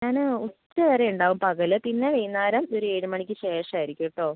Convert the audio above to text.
ഞാൻ ഉച്ച വരെ ഉണ്ടാവും പകൽ പിന്നെ വൈകുന്നേരം ഒരു ഏഴ് മണിക്ക് ശേഷം ആയിരിക്കും കേട്ടോ